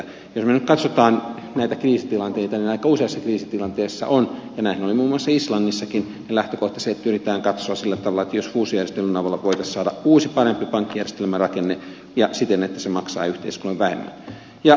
jos me nyt katsomme näitä kriisitilanteita niin aika useassa kriisitilanteessa on ja näinhän oli muun muassa islannissakin lähtökohta se että pyritään katsomaan sillä tavalla jos fuusiojärjestelyn avulla voitaisiin saada uusi parempi pankkijärjestelmärakenne ja siten että se maksaa yhteiskunnalle vähemmän